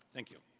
thank you.